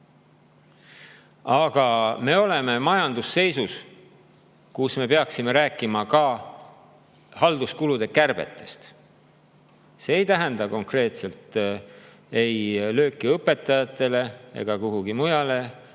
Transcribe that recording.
Aga me oleme sellises majandusseisus, kus me peaksime rääkima ka halduskulude kärbetest. See ei tähenda konkreetselt lööki ei õpetajatele ega kuhugi mujale.